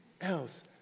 else